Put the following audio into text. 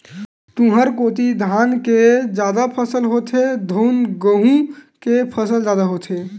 तुँहर कोती धान के जादा फसल होथे धुन गहूँ के फसल जादा होथे?